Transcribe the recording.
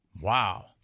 Wow